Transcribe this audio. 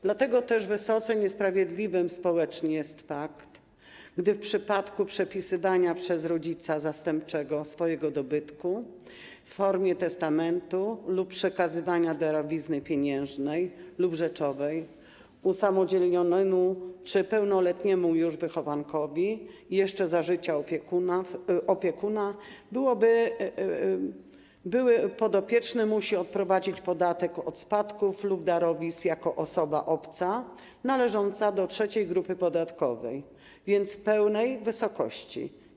Dlatego też wysoce niesprawiedliwe społecznie jest to, że w przypadku przepisania przez rodzica zastępczego swojego dobytku w formie testamentu lub przekazania darowizny pieniężnej lub rzeczowej usamodzielnionemu czy pełnoletniemu już wychowankowi jeszcze za życia opiekuna były podopieczny musi odprowadzić podatek od spadków lub darowizn jako osoba obca należąca do trzeciej grupy podatkowej, a więc w pełnej wysokości.